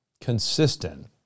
consistent